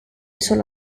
solo